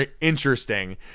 interesting